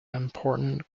important